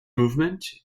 movement